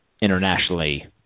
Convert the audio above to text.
internationally